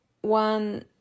one